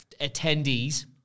attendees